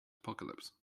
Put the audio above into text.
apocalypse